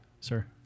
sir